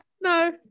No